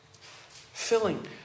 Filling